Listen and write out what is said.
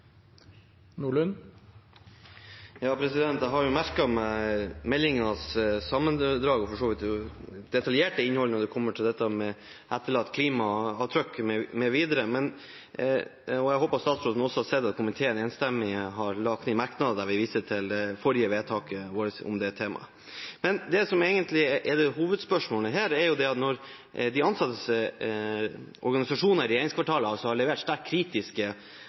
Jeg har merket meg meldingens sammendrag og for så vidt detaljerte innhold når det kommer til det å etterlate klimaavtrykk m.v. Jeg håper statsråden har sett at komiteen enstemmig har lagt inn merknader der vi viser til det forrige vedtaket om det temaet. Det som egentlig er hovedspørsmålet her, er at når de ansattes organisasjoner i regjeringskvartalet har levert sterkt kritiske